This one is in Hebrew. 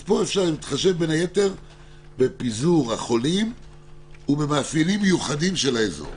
אז פה אפשר להתחשב בין היתר בפיזור החולים ובמאפיינים מיוחדים של האזור.